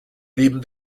blieben